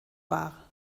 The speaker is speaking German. wahr